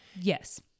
Yes